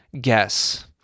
guess